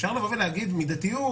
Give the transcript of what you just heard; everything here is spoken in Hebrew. אפשר לבוא ולומר מידתיות,